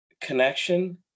connection